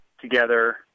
together